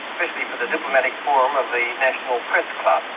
especially for the diplomatic forum of the national press club.